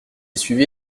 suivi